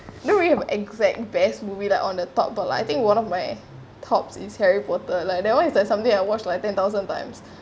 not really my exact best movie like on the top but I think one of my tops is harry potter like that one is like something I watch like ten thousand times